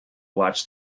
watch